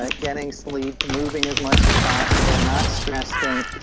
ah getting sleep, moving as much as possible, not stress thing